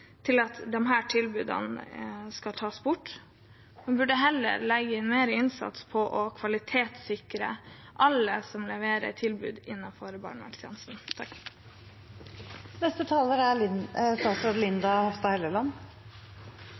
til at disse tilbudene skal tas bort. Man burde heller legge mer innsats i å kvalitetssikre alle som leverer tilbud innenfor barnevernstjenesten. Jeg har lyst til å takke for en veldig god debatt. Det er